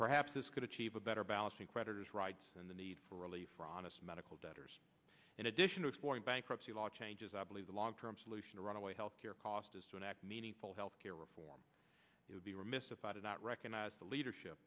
perhaps this could achieve a better balance in creditors rights and the need for relief for honest medical debtors in addition to exploring bankruptcy law changes i believe the long term solution to runaway health care costs meaningful health care reform it would be remiss if i did not recognize the leadership